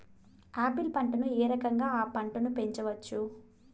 Apple పంటను ఏ రకంగా అ పంట ను పెంచవచ్చు?